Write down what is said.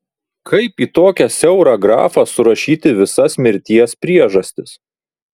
kaip į tokią siaurą grafą surašyti visas mirties priežastis